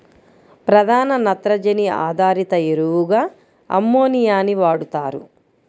ప్రధాన నత్రజని ఆధారిత ఎరువుగా అమ్మోనియాని వాడుతారు